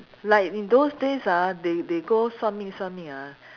like in those days ah they they go 算命算命 ah